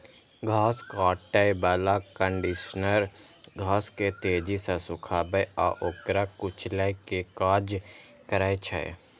घास काटै बला कंडीशनर घास के तेजी सं सुखाबै आ ओकरा कुचलै के काज करै छै